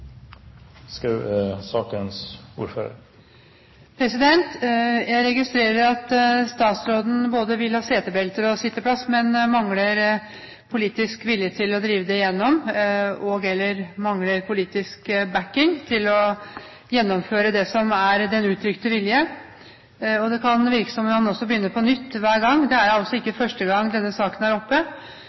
Jeg registrerer at statsråden vil ha både setebelter og sitteplasser, men mangler politisk vilje til å drive det igjennom, og/eller mangler politisk bakking til å gjennomføre det som er den uttrykte vilje. Det kan virke som om man begynner på nytt hver gang. Det er altså ikke første gang denne saken er oppe.